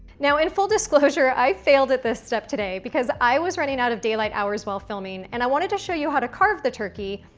now, in full disclosure, i failed at this step today because i was running out of daylight hours while filming and i wanted to show you how to carve the turkey.